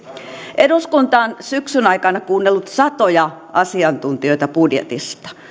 eduskunta on syksyn aikana kuunnellut satoja asiantuntijoita budjetista